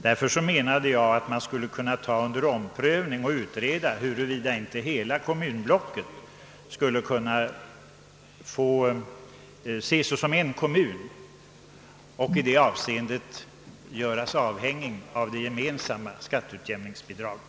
Jag menar därför att man bör utreda frågan om huruvida inte hela kommunblocket skulle kunna betraktas som en enda kommun och bli avhängigt av det gemensamma skatteutjämningsbidraget.